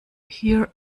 here